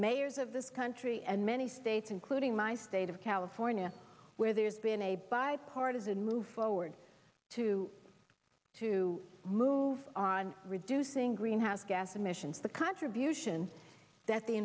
mayors of this country and many states including my state of california where there's been a bipartisan move forward to to move on reducing greenhouse gas emissions the contribution that the